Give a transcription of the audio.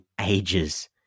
ages